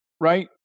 right